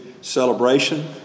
celebration